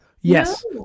Yes